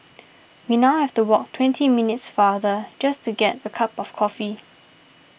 we now have to walk twenty minutes farther just to get a cup of coffee